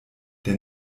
der